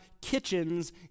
kitchens